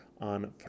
on